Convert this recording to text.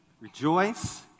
rejoice